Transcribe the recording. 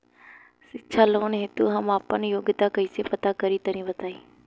शिक्षा लोन हेतु हम आपन योग्यता कइसे पता करि तनि बताई?